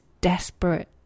desperate